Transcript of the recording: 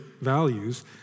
values